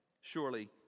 surely